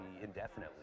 indefinitely